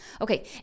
okay